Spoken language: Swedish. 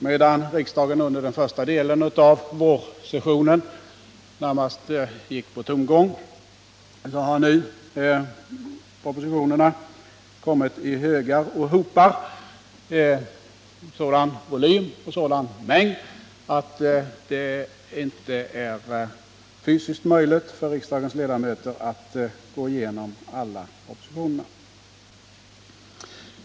Medan riksdagen under den första delen av vårsessionen närmast gick på tomgång, har nu propositionerna kommit med en sådan volym och i en sådan mängd att det inte är fysiskt möjligt för riksdagens ledamöter att gå igenom alla propositioner.